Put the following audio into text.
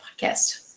podcast